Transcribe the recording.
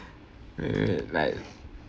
ah wait wait wait like